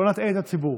לא נטעה את הציבור: